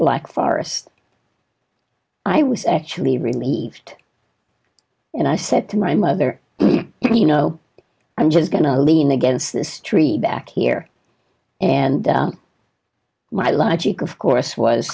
black forest i was actually relieved and i said to my mother you know i'm just going to lean against this tree back here and my logic of course was